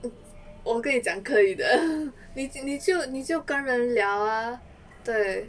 我跟你讲可以的你就你就跟人聊 ah 对